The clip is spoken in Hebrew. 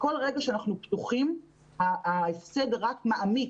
שכל רגע שאנחנו פתוחים, ההפסד רק מעמיק.